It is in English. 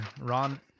Ron